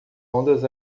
ondas